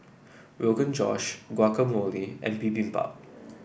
Rogan Josh Guacamole and Bibimbap